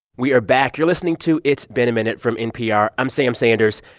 we are back. you're listening to it's been a minute from npr. i'm sam sanders.